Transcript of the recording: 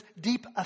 deep